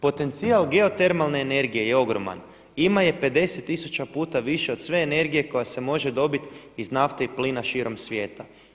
Potencijal geotermalne energije je ogroman, ima je 50 tisuća puta više od sve energije koja se može dobiti iz nafte i plina širom svijeta.